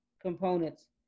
components